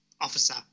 officer